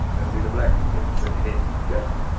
that'll be the blacksmith's ready mean guesser